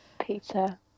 peter